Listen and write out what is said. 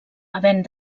havent